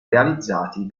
realizzati